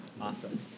awesome